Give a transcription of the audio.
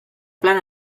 plan